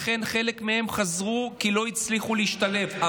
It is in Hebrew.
לכן חלק מהם חזרו כי לא הצליחו להשתלב.